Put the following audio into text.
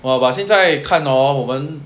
!wah! but 现在看 hor 我们